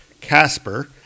Casper